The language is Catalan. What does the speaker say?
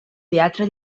teatre